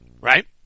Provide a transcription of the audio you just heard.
right